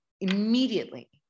immediately